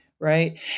right